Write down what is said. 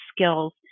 skills